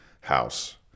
house